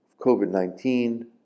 COVID-19